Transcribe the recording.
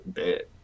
bit